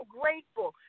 grateful